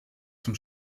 zum